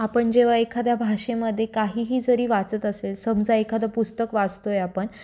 आपण जेव्हा एखाद्या भाषेमध्ये काहीही जरी वाचत असेल समजा एखादं पुस्तक वाचतो आहे आपण